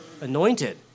anointed